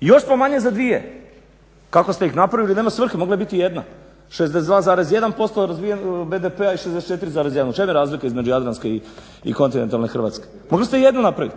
još smo manje za dvije kako ste ih napravili nema svrhe, mogla je biti jedna, 62,1 BDP-a i 64,1. U čemu je razlika između jadranske i kontinentalne Hrvatske. Mogli ste jednu napravit.